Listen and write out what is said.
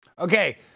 Okay